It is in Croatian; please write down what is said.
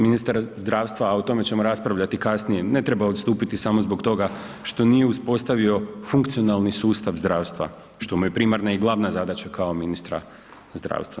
Ministar zdravstva, a o tome ćemo raspravljati kasnije, ne treba odstupiti samo zbog toga što nije uspostavio funkcionalni sustav zdravstva, što mu je primarna i glavna zadaća kao ministra zdravstva.